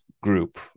group